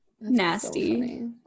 nasty